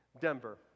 Denver